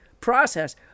process